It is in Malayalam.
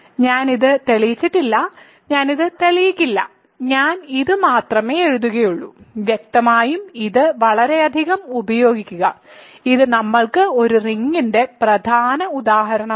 ഞാൻ ഇത് തെളിയിച്ചിട്ടില്ല ഞാൻ ഇത് തെളിയിക്കില്ല ഞാൻ ഇത് മാത്രമേ എഴുതുകയുള്ളൂ വ്യക്തമായും ഇത് വളരെയധികം ഉപയോഗിക്കുക ഇത് നമ്മൾക്ക് ഒരു റിങ്ങിന്റെ പ്രധാന ഉദാഹരണമാണ്